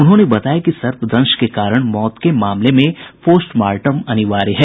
उन्होंने बताया कि सर्पदंश के कारण मौत के मामले में पोस्टमार्टम अनिवार्य है